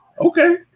okay